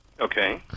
Okay